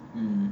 mm